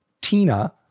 Tina